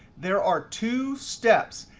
there are two steps.